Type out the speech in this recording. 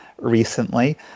recently